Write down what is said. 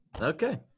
Okay